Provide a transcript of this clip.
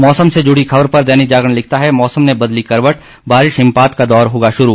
मौसम से जुड़ी खबर पर दैनिक जागरण लिखता है मौसम ने बदली करवट बारिश हिमपात का दौर होगा शुरू